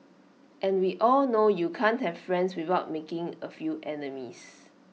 and we all know you can't have friends without making A few enemies